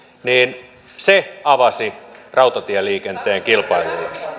avasi rautatieliikenteen kilpailulle